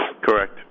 Correct